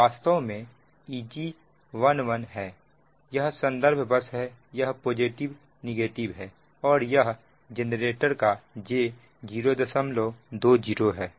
यह वास्तव में Eg11 है यह संदर्भ बस है यह है और यह जनरेटर का j020 है